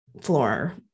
floor